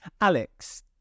Alex